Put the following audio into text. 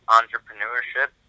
entrepreneurship